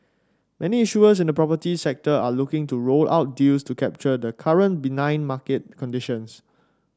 many issuers in the property sector are looking to roll out deals to capture the current benign market conditions